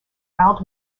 mild